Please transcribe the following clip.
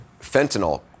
fentanyl